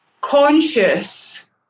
conscious